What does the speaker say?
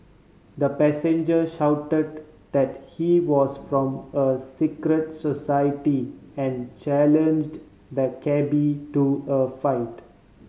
the passenger shouted that he was from a secret society and challenged the cabby to a fight